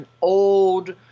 old